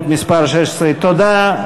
תודה.